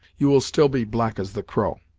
you will still be black as the crow!